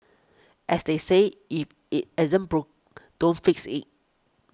as they say if it ain't broke don't fix it